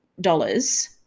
dollars